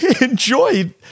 enjoy